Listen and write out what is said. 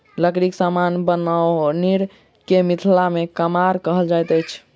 लकड़ीक समान बनओनिहार के मिथिला मे कमार कहल जाइत अछि